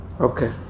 Okay